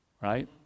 right